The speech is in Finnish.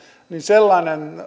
sellainen